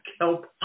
help